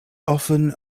often